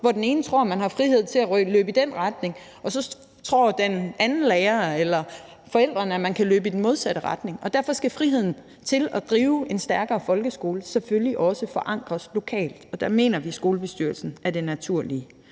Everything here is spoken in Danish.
så den ene tror, at man har frihed til at løbe i én retning, mens andre – lærere eller forældre – tror, at man kan løbe i den modsatte retning. Og derfor skal friheden til at drive en stærkere folkeskole selvfølgelig også forankres lokalt, og der mener vi, at skolebestyrelsen er det naturlige